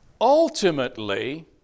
ultimately